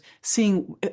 seeing